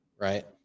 right